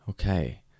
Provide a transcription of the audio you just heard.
Okay